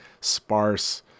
sparse